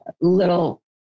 little